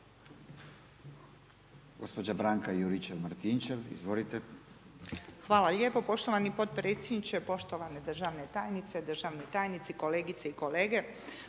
izvolite. **Juričev-Martinčev, Branka (HDZ)** Hvala lijepo poštovani potpredsjedniče, poštovane državne tajnice, državni tajnici, kolegice i kolege.